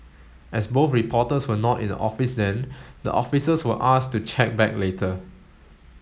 as both reporters were not in the office then the officers were asked to check back later